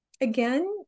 again